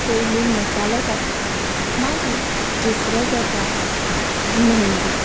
पयली मसालो काडटा मागीर दुसरें जाता मेहेंदी